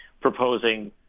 proposing